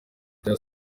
bya